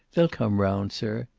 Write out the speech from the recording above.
they'll come round, sir.